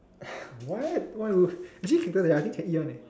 what why would actually cactus I think can eat one eh